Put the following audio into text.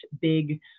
big